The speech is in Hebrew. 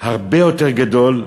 הרבה יותר גדול,